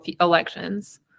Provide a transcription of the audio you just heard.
elections